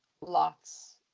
lots